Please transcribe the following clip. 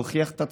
להוכיח את עצמך,